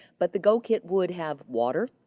but the go kit would have water,